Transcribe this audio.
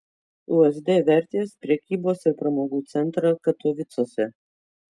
usd vertės prekybos ir pramogų centrą katovicuose